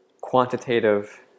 quantitative